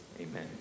Amen